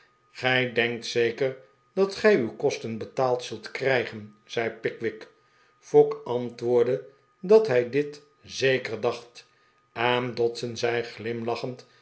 gij denkt zeker dat gij uw kosten betaald zult krijgen zei pickwick fogg antwoordde dat hij dit zeker dacht en dodson zei glimlachend